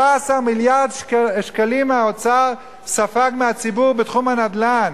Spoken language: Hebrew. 14 מיליארד שקלים האוצר ספג מהציבור בתחום הנדל"ן,